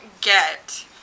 get